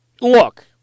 Look